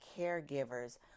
caregivers